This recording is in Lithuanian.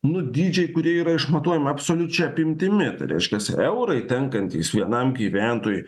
nu dydžiai kurie yra išmatuojami absoliučia apimtimi reiškiasi eurai tenkantys vienam gyventojui